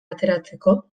ateratzeko